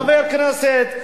חברי כנסת,